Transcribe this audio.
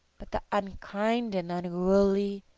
but the unkind and the unruly,